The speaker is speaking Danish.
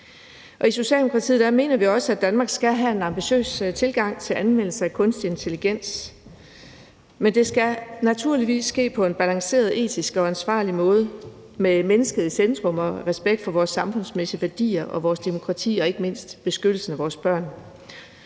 i Socialdemokratiet mener vi også, at Danmark skal have en ambitiøs tilgang til anvendelse af kunstig intelligens, men det skal naturligvis ske på en balanceret, etisk og ansvarlig måde med mennesket i centrum og respekt for vores samfundsmæssige værdier og vores demokrati og ikke mindst beskyttelsen af vores børn.